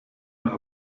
mehr